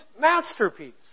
masterpiece